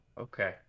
okay